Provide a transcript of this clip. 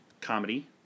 comedy